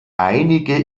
einige